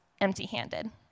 empty-handed